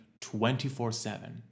24-7